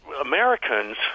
Americans